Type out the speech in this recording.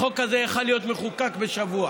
החוק הזה יכול להיות מחוקק בשבוע.